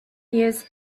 years